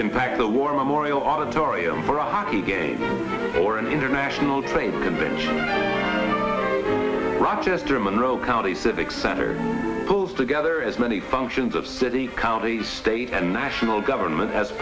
can pack the war memorial auditorium for a hockey game or an international trade convention rochester monroe county civic center pulls together as many functions of city county state and national government as